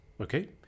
okay